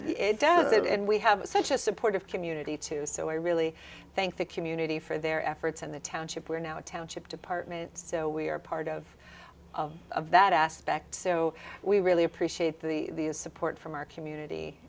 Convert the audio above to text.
it does that and we have such a supportive community too so i really thank the community for their efforts and the township we're now a township department so we are part of that aspect so we really appreciate the support from our community